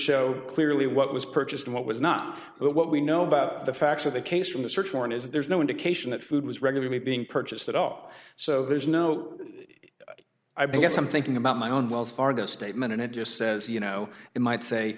show clearly what was purchased and what was not but what we know about the facts of the case from the search warrant is there's no indication that food was regularly being purchased that off so there's no i've been get some thinking about my own wells fargo statement and it just says you know it might say